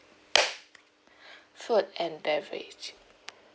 food and beverage